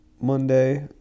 Monday